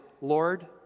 Lord